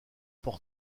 part